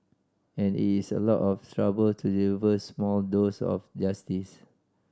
and it is a lot of trouble to deliver small dose of justice